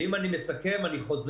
ואם אני מסכם, אני חוזר.